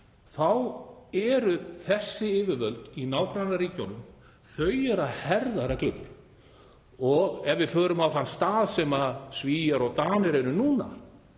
þá eru þessi yfirvöld í nágrannaríkjunum að herða reglurnar. Ef við förum á þann stað sem Svíar og Danir eru á núna